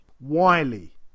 Wiley